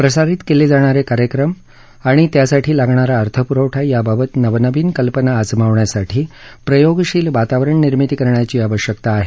प्रसारित केले जाणारे कार्यक्रम आणि त्यासाठी लागणारा अर्थपुरवठा याबाबत नवनवीन कल्पना आजमावण्यासाठी प्रयोगशील वातावरण निर्मिती करण्याची आवश्यकता आहे असं ते म्हणाले